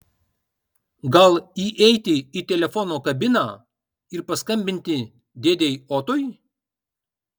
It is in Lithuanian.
gal įeiti į telefono kabiną ir paskambinti dėdei otui